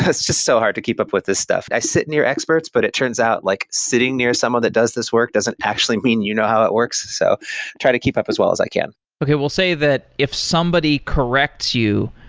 it's just so hard to keep up with this stuff. i sit near experts, but it turns out like sitting near someone that does this work doesn't actually mean you know how it works. i so try to keep up as well as i can okay. well say that if somebody corrects you,